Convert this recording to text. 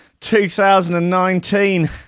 2019